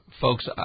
Folks